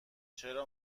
چرا